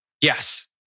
Yes